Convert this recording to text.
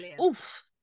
oof